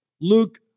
Luke